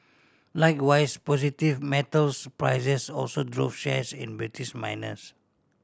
likewise positive metals prices also drove shares in British miners